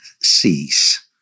cease